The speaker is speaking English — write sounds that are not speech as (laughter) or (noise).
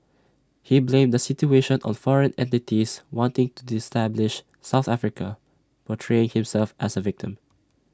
he blamed the situation on foreign entities wanting to (unintelligible) south Africa portraying himself as A victim